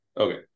Okay